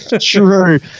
True